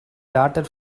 daughter